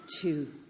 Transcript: two